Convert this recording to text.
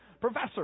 Professor